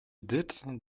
did